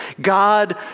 God